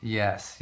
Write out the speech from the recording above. yes